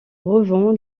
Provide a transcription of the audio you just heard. revend